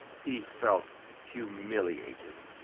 he felt humiliated.